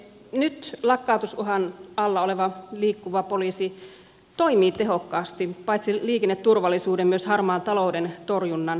nyt lakkautusuhan alla oleva liikkuva poliisi toimii tehokkaasti paitsi liikenneturvallisuuden myös harmaan talouden torjunnan puolesta